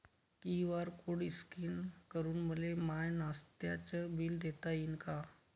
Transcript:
QR code scan करून मले माय नास्त्याच बिल देता येईन का?